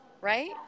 right